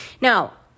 Now